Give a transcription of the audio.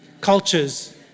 cultures